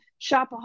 shopaholic